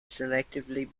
selectively